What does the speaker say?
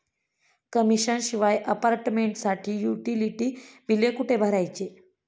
Commission शिवाय अपार्टमेंटसाठी utility बिले कुठे भरायची?